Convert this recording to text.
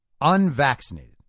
unvaccinated